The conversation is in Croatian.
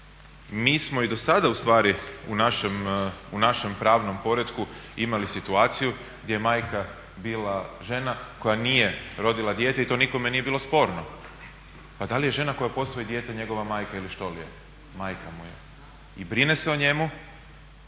mi smo i do sada u stvari u našem pravnom poretku imali situaciju gdje je majka bila žena koja nije rodila dijete i to nikome nije bilo sporno. Pa da li je žena koja posvoji dijete njegova majka ili što li je? Majka mu je i brine se o njemu,